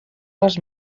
les